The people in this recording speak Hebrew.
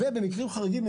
ובמקרים חריגים,